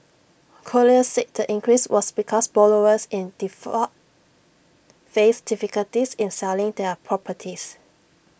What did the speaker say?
colliers said the increase was because borrowers in default faced difficulties in selling their properties